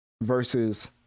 versus